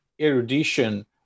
erudition